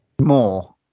more